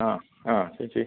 ആ ആ ചേച്ചി